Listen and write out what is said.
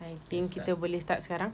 I think kita boleh start sekarang